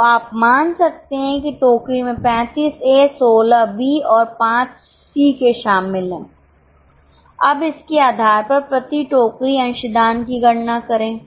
तो आप मान सकते हैं कि टोकरी में 35 ए 16 बी और 5 सी के शामिल हैं अब इसके आधार पर प्रति टोकरी अंशदान की गणना करें